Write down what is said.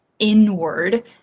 Inward